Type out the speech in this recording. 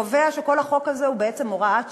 שקובע שכל החוק הזה הוא בעצם הוראת שעה.